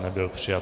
Nebyl přijat.